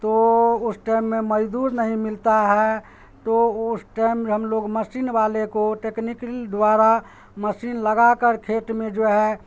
تو اس ٹائم میں مزدور نہیں ملتا ہے تو اس ٹائم ہم لوگ مشین والے کو ٹیکنیکل دوارا مشین لگا کر کھیت میں جو ہے